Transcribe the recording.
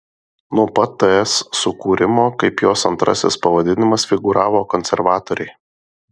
nuo pat ts sukūrimo kaip jos antrasis pavadinimas figūravo konservatoriai